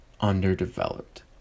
underdeveloped